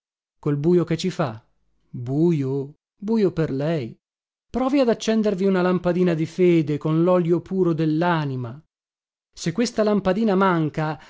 col bujo che ci fa bujo bujo per lei provi ad accendervi una lampadina di fede con lolio puro dellanima se questa lampadina manca